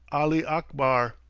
ali akbar!